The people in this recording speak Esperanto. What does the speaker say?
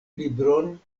libron